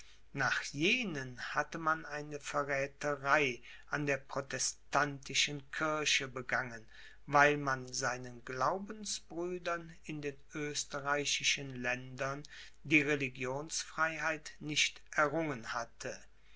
nach jenen hatte man eine verrätherei an der protestantischen kirche begangen weil man seinen glaubensbrüdern in den österreichischen ländern die religionsfreiheit nicht errungen hatte